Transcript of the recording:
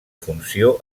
funció